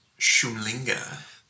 Shumlinga